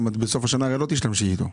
הרי בסוף השנה לא תשתמשי בו.